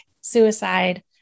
suicide